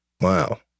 Wow